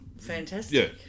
Fantastic